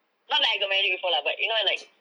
not like I got married before lah but you know like